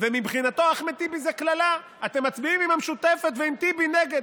ומבחינתו אחמד טיבי זאת קללה: אתם מצביעים עם המשותפת ועם טיבי נגד.